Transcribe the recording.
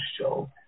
show